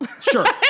Sure